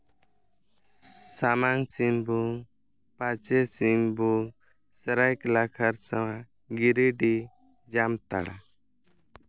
ᱥᱟᱢᱟᱝ ᱥᱤᱝᱵᱷᱩᱢ ᱯᱟᱪᱷᱮ ᱥᱤᱝᱵᱷᱩᱢ ᱥᱚᱨᱟᱭᱠᱮᱞᱞᱟ ᱠᱷᱟᱨᱥᱚᱶᱟ ᱜᱤᱨᱤᱰᱤ ᱡᱟᱢᱛᱟᱲᱟ